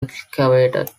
excavated